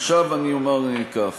עכשיו אני אומר כך,